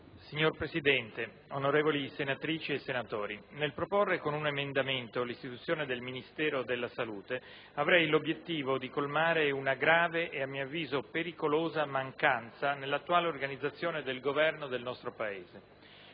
Signora Presidente, onorevoli senatrici e senatori, nel proporre con un emendamento l'istituzione del Ministero della salute avrei l'obiettivo di colmare una grave e a mio avviso pericolosa mancanza nell'attuale organizzazione del Governo del nostro Paese.